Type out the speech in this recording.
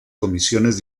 comisiones